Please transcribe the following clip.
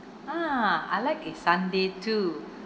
ah I'd like a sundae too